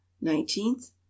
nineteenth